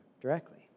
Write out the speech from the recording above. directly